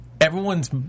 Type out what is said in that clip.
Everyone's